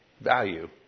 value